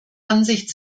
ansicht